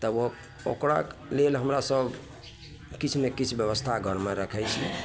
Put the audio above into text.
तब ओ ओकरा लेल हमरा सब किछु नहि किछु बेबस्था घरमे रखैत छी